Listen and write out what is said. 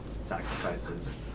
sacrifices